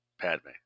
Padme